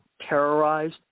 terrorized